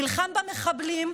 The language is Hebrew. נלחם במחבלים,